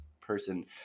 person